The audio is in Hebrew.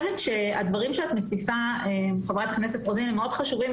הדברים שאת מציפה הם מאוד חשובים.